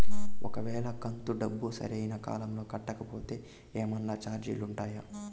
ఒక వేళ కంతు డబ్బు సరైన కాలంలో కట్టకపోతే ఏమన్నా చార్జీలు ఉండాయా?